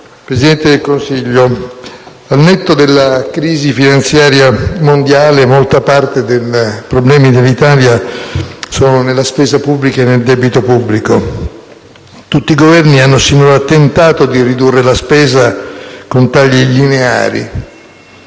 Presidente del Consiglio, al netto della crisi finanziaria mondiale, molta parte dei problemi dell'Italia è nella spesa pubblica e nel debito pubblico. Tutti i Governi sinora hanno tentato di ridurre la spesa con tagli lineari,